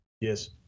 yes